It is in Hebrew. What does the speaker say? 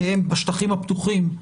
בשטחים הפתוחים,